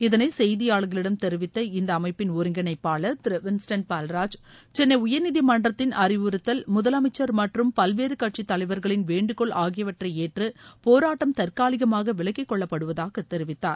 இதனை செய்தியாளர்களிடம் தெரிவித்த இந்த அமைப்பிள் ஒருங்கிணைப்பாளர் திரு வின்ஸ்டன் பால்ராஜ் சென்னை உயர்நீதிமன்றத்தின் அறிவுறுத்தல் முதலமைச்சர் மற்றும் பல்வேறு கட்சித் தலைவர்களின் வேண்டுகோள் ஆகியவற்றை ஏற்று பேராட்டம் தற்காலிகமாக விலக்கிக்கொள்ளப்படுவதாக தெரிவித்தார்